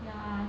ya